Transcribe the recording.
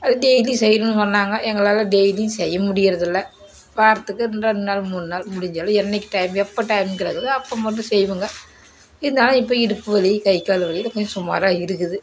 டெய்லியும் செய்யணுன்னு சொன்னாங்க எங்களால் டெய்லியும் செய்ய முடியறதில்லை வாரத்துக்கு ரெண்டு நாள் மூணு நாள் முடிஞ்ச அளவு என்றைக்கி டைம் எப்போ டைம் கிடைக்குதோ அப்போ மட்டும் செய்வேங்க இருந்தாலும் இப்போ இடுப்பு வலி கை கால் வலின்னு கொஞ்சம் சுமாராக இருக்குது